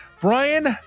brian